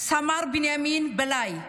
סמ"ר בנימין בלאי,